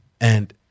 And-